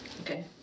okay